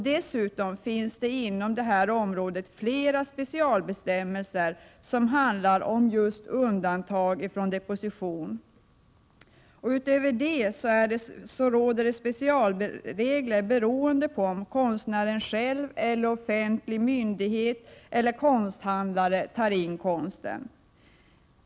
Dessutom finns det inom detta område flera specialbestämmelser som handlar om just undantag från deposition. Utöver det gäller specialregler, beroende på om konstnären själv, offentlig myndighet eller konsthandlare tar in konsten.